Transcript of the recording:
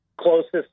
closest